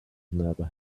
never